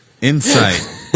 Insight